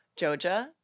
Joja